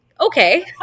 okay